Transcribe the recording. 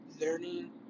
learning